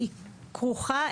היא כרוכה,